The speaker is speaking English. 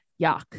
yuck